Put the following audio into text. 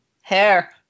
hair